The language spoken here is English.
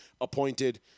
appointed